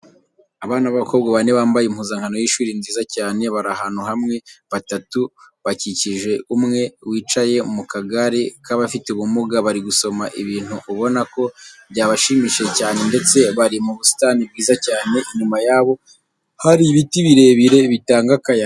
Abana b'abakobwa bane bambaye impuzankano y'ishuri nziza cyane, bari ahantu hamwe, batatu bakikije umwe wicaye mu kagare k'abafite ubumuga. Bari gusoma ibintu ubona ko byabashimishije cyane ndetse bari mu busitani bwiza cyane. Inyuma yabo hari ibiti birebire bitanga akayaga.